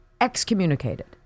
excommunicated